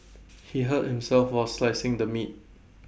he hurt himself while slicing the meat